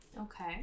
okay